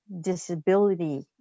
disability